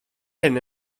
hyn